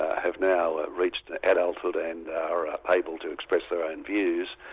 have now reached adulthood and are able to express their own views,